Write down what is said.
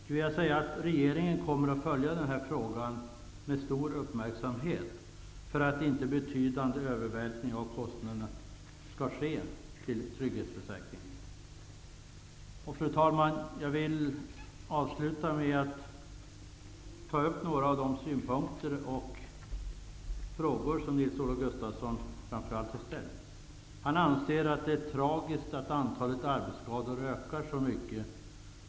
Jag vill säga att regeringen kommer att följa den frågan med stor uppmärksamhet för att det inte skall ske betydande övervältring av kostnader på trygghetsförsäkringen. Fru talman! Jag vill avsluta med att ta upp några synpunkter som framför allt Nils-Olof Gustafsson har anfört. Han anser att det är tragiskt att antalet arbetsskador ökar så mycket.